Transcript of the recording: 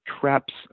traps